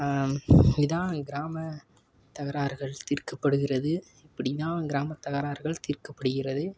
இதுதான் கிராமத் தகராறுகள் தீர்க்கப்படுகிறது இப்படி தான் கிராமத் தகராறுகள் தீர்க்கப்படுகிறது